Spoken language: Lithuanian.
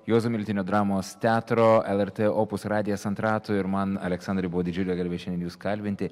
juozo miltinio dramos teatro lrt opus radijas ant ratų ir man aleksandrai buvo didžiulė garbė šiandien jus kalbinti